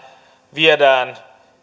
viedään